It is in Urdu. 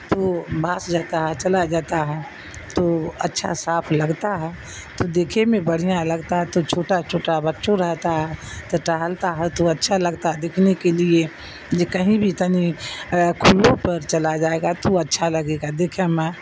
تو بانس جاتا ہے چلا جاتا ہے تو اچھا صاف لگتا ہے تو دیکھے میں بڑھیا لگتا ہے تو چھوٹا چھوٹا بچوں رہتا ہے تو ٹہلتا ہے تو اچھا لگتا ہے دیکھنے کے لیے جے کہیں بھی تن کھلوں پر چلا جائے گا تو اچھا لگے گا دیکھے میں